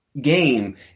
game